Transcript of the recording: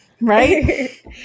Right